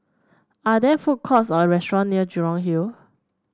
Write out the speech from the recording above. are there food courts or restaurant near Jurong Hill